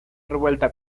revuelta